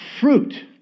fruit